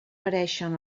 pareixen